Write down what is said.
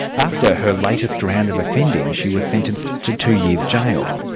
after her latest round of offending she was sentenced to two years' jail.